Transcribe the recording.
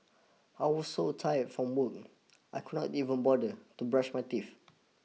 I was so tired from work I could not even bother to brush my teeth